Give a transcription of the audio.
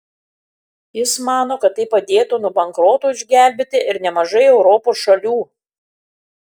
jis mano kad tai padėtų nuo bankroto išgelbėti ir nemažai europos šalių